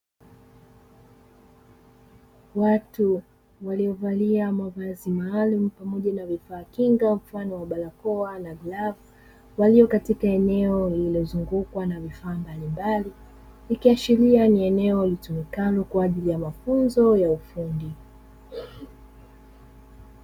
Watu waliovalia mavazi maalumu pamoja na vifaa kinga mfano wa barakoa na glavu, walio katika eneo lililozungukwa na vifaa mbalimbali ikiashiria ni eneo litumikalo kwa ajili ya mafunzo ya ufundi.